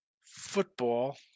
football